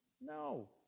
no